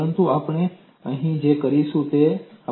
પરંતુ આપણે તે કરીશું નહીં